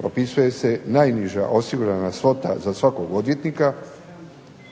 propisuje se najniža osigurana svota za svakog odvjetnika